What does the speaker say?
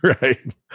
Right